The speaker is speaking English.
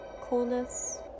coolness